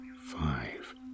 five